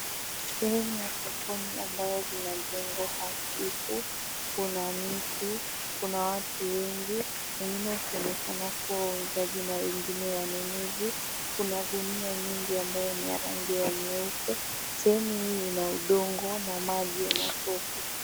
Sehemu ya sokoni ambayo zinajengwa huku kuna miti, kuna watu wengi, wengine wakionekana kuwa wauzaji na wengine wanunuzi, kuna gunia nyingi ambayo ni ya rangi ya nyeupe. Sehemu hii ina udongo na maji ya matope.